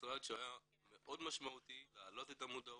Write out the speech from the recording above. משרד שהיה מאוד משמעותי להעלות את המודעות,